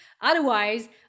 Otherwise